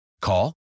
Call